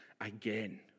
again